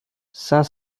cinq